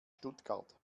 stuttgart